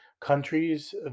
countries